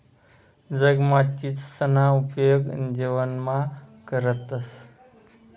जगमा चीचसना उपेग जेवणमा करतंस